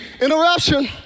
interruption